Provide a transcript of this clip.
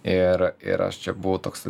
ir ir aš čia buvau toks